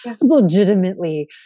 legitimately